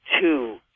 two